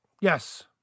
Yes